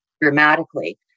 dramatically